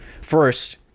First